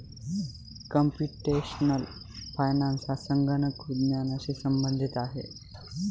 computational finance हा संगणक विज्ञानाशी संबंधित आहे